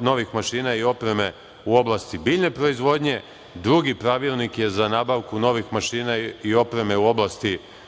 novih mašina i opreme u oblasti biljne proizvodnje, drugi pravilnik je za nabavku novih mašina i opreme u oblasti